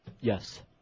Yes